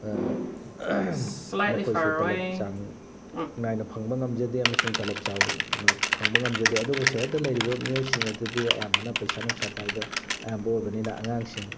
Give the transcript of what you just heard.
ꯃꯈꯣꯏꯁꯨ ꯇꯂꯞ ꯆꯥꯡ ꯅꯥꯏꯅ ꯐꯪꯕ ꯉꯝꯖꯗꯦ ꯑꯃꯁꯨꯡ ꯇꯂꯞ ꯆꯥꯎꯅ ꯐꯪꯕ ꯉꯝꯖꯗꯦ ꯑꯗꯨꯕꯨ ꯁꯍꯔꯗ ꯂꯩꯔꯤꯕ ꯃꯤꯑꯣꯏꯁꯤꯡ ꯑꯗꯨꯗꯤ ꯑꯌꯥꯝꯕꯅ ꯄꯩꯁꯥ ꯅꯨꯡꯁꯥ ꯄꯥꯏꯕ ꯑꯌꯥꯝꯕ ꯑꯣꯏꯕꯅꯤꯅ ꯑꯉꯥꯡꯁꯤꯡ